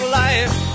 life